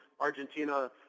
Argentina